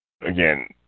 again